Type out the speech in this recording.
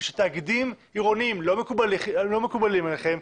שתאגידים עירוניים לא מקובלים עליכם,